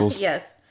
Yes